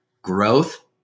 Growth